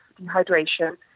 dehydration